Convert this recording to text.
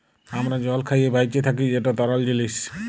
আমরা জল খাঁইয়ে বাঁইচে থ্যাকি যেট তরল জিলিস